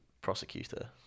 prosecutor